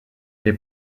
les